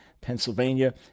Pennsylvania